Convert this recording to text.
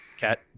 cat